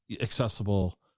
accessible